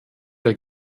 der